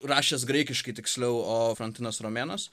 rašęs graikiškai tiksliau o frontinas romėnas